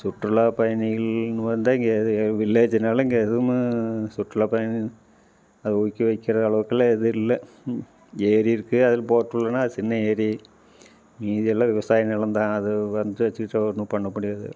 சுற்றுலாப் பயணிகள்னு வந்தால் இங்கே இது வில்லேஜுனால் இங்கே எதுவுமே சுற்றுலாப் பயணி அதை ஒதுக்கி வைக்கிற அளவுக்குலாம் எதுவும் இல்லை ஏரி இருக்குது அதில் போட் விட்லான்னா அது சின்ன ஏரி மீதியெல்லாம் விவசாய நிலந்தான் அது வந்து வச்சிக்கிட்டு ஒன்றும் பண்ண முடியாது